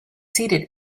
seated